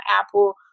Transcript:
Apple